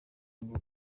ruguru